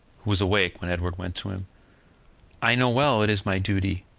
who was awake when edward went to him i know well it is my duty,